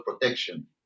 protection